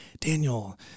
Daniel